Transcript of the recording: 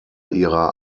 ihrer